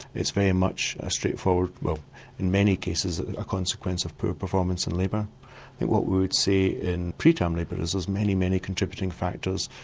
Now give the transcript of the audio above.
it's very much a straightforward, well in many cases a consequence of poor performance in labour, and what we would say in pre-term labour is there's many, many contributing factors,